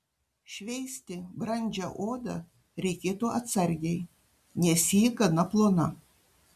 šveisti brandžią odą reikėtų atsargiai nes ji gana plona